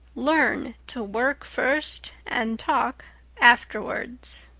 learn to work first and talk afterwards.